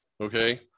okay